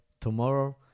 Tomorrow